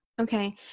Okay